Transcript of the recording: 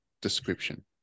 description